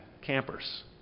campers